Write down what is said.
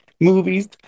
movies